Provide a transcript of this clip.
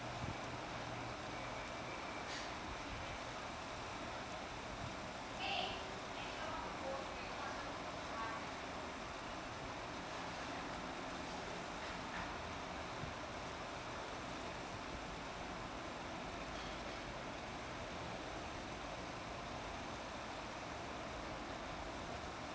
mm mm mm